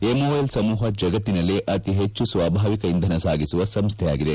MOL ಸಮೂಹ ಜಗತ್ತಿನಲ್ಲೇ ಅತಿ ಹೆಚ್ಚು ಸ್ವಾಭಾವಿಕ ಇಂಧನ ಸಾಗಿಸುವ ಸಂಸ್ದೆಯಾಗಿದೆ